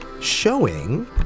showing